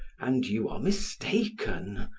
and you are mistaken.